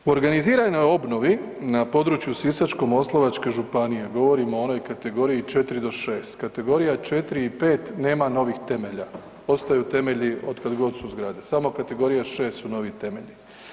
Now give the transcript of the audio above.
U organiziranoj obnovi na području Sisačko-moslavačke županije, govorimo o onoj kategoriji 4 do 6, kategorija 4 i 5 nema novih temelja, ostaju temelji od kad god su zgrade samo kategorija 6 su novi temelji.